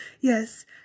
Yes